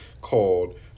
called